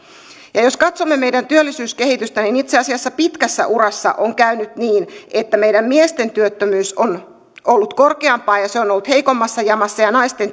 jos katsomme meidän työllisyyskehitystämme niin itse asiassa pitkässä urassa on käynyt niin että meidän miesten työttömyytemme on ollut korkeampaa ja se on ollut heikommassa jamassa ja naisten